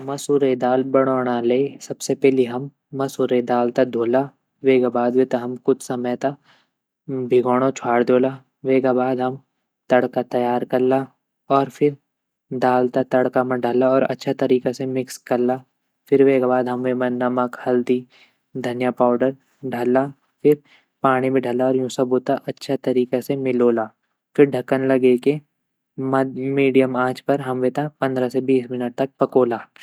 मसूरे दाल बणोंणा ले सबसे पैली हम मसूरे दाल त ध्वोला वेगा बाद वेता हम कुछ समय त भिगोणो छवाड दयोला वेगा बाद हम तड़का तैयार कला और फिर दाल त तड़का म डाला और अच्छा तरीक़ा से मिक्स कल्ला फिर वेगा बाद हम विमा नमक हल्दी धनिया पाउडर डाला फिर पाणी भी डाला और यूँ सबू त अच्छा तरीक़ा से मिलोला फिर ढक्कन लगे के मीडियम आँच पर हम वे त पंद्रा से बीस मिनट तक पकोंला।